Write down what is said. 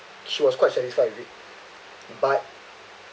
she was quite satisfied with it but